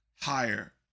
higher